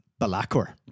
Balakor